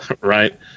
Right